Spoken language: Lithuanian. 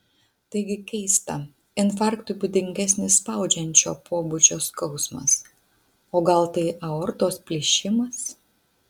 taigi keista infarktui būdingesnis spaudžiančio pobūdžio skausmas o gal tai aortos plyšimas